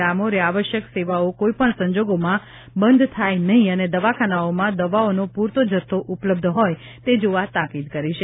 ડામોરે આવશ્યક સેવાઓ કોઇ પણ સંજોગોમાં બંધ થાય નહિં અને દવાખાનાઓમાં દવાઓનો પુરતો જથ્થો ઉપલબ્ધ હોય તે જોવા તાકીદ કરી છે